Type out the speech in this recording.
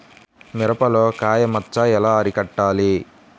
మిరపలో కాయ మచ్చ ఎలా అరికట్టాలి?